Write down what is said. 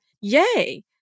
yay